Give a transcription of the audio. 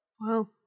Wow